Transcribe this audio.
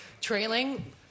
trailing